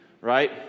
right